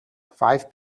five